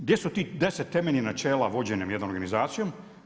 Gdje su tih 10 temeljnih načela vođenjem jednom organizacijom.